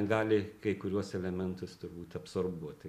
gali kai kuriuos elementus turbūt absorbuot